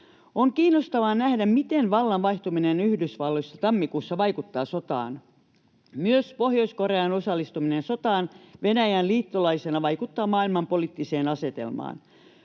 On kiinnostavaa nähdä, miten vallan vaihtuminen Yhdysvalloissa tammikuussa vaikuttaa sotaan. Myös Pohjois-Korean osallistuminen sotaan Venäjän liittolaisena vaikuttaa maailmanpoliittiseen asetelmaan.